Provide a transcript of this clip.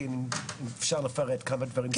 כן.